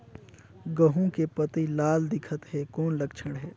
गहूं के पतई लाल दिखत हे कौन लक्षण हे?